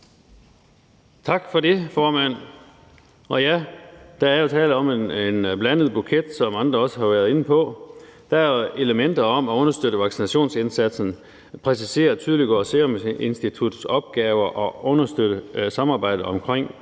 Tak for det, formand. Og ja, der er jo tale om en blandet buket, hvilket andre også har været inde på. Der er elementer om at understøtte vaccinationsindsatsen, præcisere og tydeliggøre Seruminstituttets opgaver og understøtte samarbejdet omkring Den